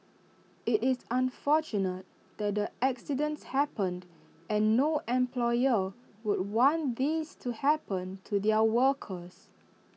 IT is unfortunate that the accidents happened and no employer would want these to happen to their workers